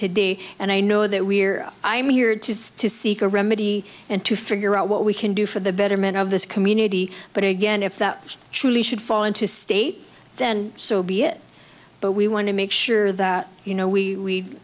today and i know that we're i'm here to seek a remedy and to figure out what we can do for the betterment of this community but again if that truly should fall into state then so be it but we want to make sure that you know we